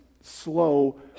slow